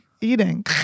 eating